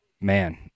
man